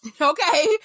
okay